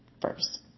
first